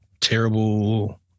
terrible